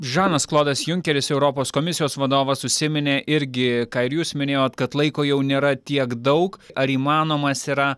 žanas klodas junkeris europos komisijos vadovas užsiminė irgi ką ir jūs minėjot kad laiko jau nėra tiek daug ar įmanomas yra